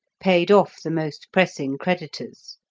paid off the most pressing creditors.